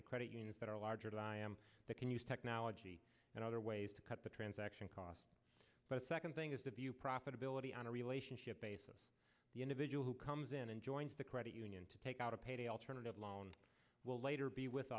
and credit unions that are larger than i am that can use technology and other ways to cut the transaction cost but the second thing is that view profitability on a relationship basis the individual who comes in and joins the credit union to take out a payday alternative loan will later be with